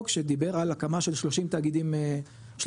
שדיבר על הקמה של 30 תאגידים אזוריים,